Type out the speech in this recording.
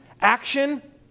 action